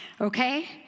okay